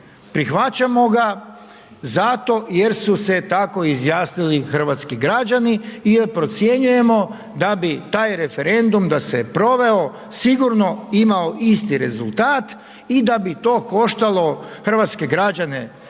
prihvaćamo ga zato jer su se tako izjasnili hrvatski građani jer procjenjujemo da bi taj referendum da se proveo sigurno imao isti rezultat i da bi to koštalo hrvatske građane znatan